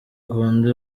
kundi